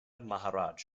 maharaj